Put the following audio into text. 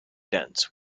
dense